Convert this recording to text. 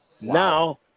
Now